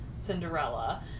Cinderella